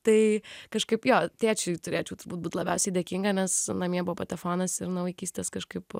tai kažkaip jo tėčiui turėčiau turbūt būt labiausiai dėkinga nes namie buvo patefonas ir nuo vaikystės kažkaip